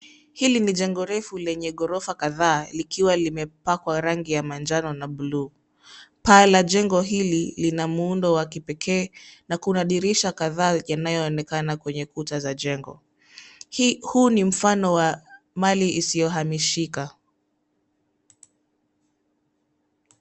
Hili ni jengo refu lenye ghorofa kadhaa likiwa limepakwa rangi ya manjano na bluu. Paa la jengo hili lina muundo wa kipekee na kuna dirisha kadhaa yanayoonekana kwenye kuta za jengo. Hii ni mfano wa mali isiyohamishika.